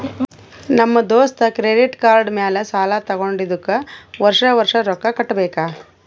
ನಮ್ ದೋಸ್ತ credit card ಮ್ಯಾಲ ಸಾಲಾ ತಗೊಂಡಿದುಕ್ ವರ್ಷ ವರ್ಷ ರೊಕ್ಕಾ ಕಟ್ಟಬೇಕ್